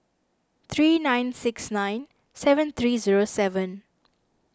three nine six nine seven three zero seven